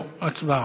להצבעה.